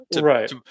Right